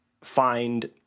find